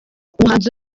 umuhanzi